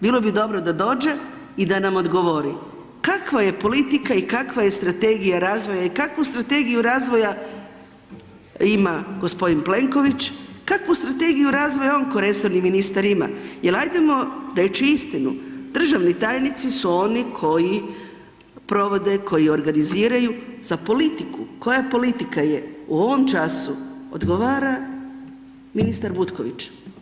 Bilo bi dobro da dođe i da nam odgovori kakva je politika i kakva je strategija razvoja i kakvu strategiju razvoja ima g. Plenković, kakvu strategiju razvoja je on kao resorni ministar ima jer ajdemo reći istinu, državni tajnici su oni koji provode, koji organiziraju za politiku, koja politika je u ovom času odgovara ministar Butković.